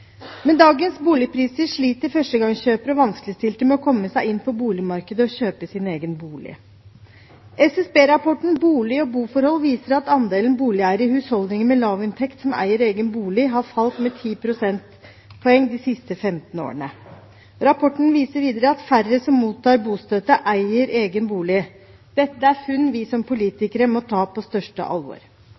dagens boligpriser sliter førstegangskjøpere og vanskeligstilte med å komme seg inn på boligmarkedet og kjøpe sin egen bolig. SSB-rapporten Bolig og boforhold viser at andelen boligeiere i husholdninger med lav inntekt har falt med 10 prosentpoeng de siste 15 årene. Rapporten viser videre at færre som mottar bostøtte, eier egen bolig. Dette er funn vi som politikere må ta på største alvor.